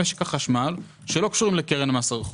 אלא יש צעדים נוספים שקשורים למשק החשמל שלא קשורים לקרן מס הרכוש.